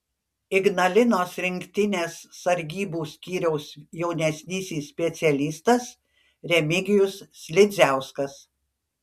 ignalinos rinktinės sargybų skyriaus jaunesnysis specialistas remigijus slidziauskas